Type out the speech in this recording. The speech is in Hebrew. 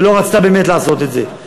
ולא רצתה באמת לעשות את זה.